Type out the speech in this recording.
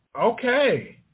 Okay